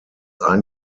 ein